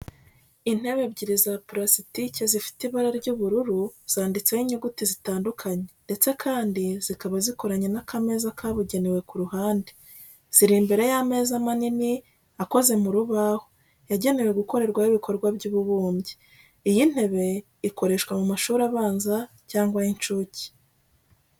Intebe ebyiri za purasitike zifite ibara ry'ubururu zanditseho inyuguti zitandukanye, ndetse kandi zikaba zikoranye n’akameza kabugenewe ku ruhande. Ziri imbere y'ameza manini akoze mu rubaho, yagenewe gukorerwaho ibikorwa by'ububumbyi. Iyi ntebe ikoreshwa mu mashuri abanza cyangwa ay'incuke.